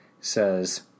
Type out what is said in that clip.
Says